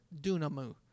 dunamu